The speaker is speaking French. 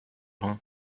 rhin